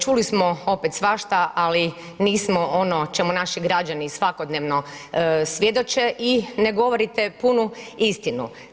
Čuli smo opet svašta, ali nismo ono o čemu naši građani svakodnevno svjedoče i ne govorite punu istinu.